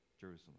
Jerusalem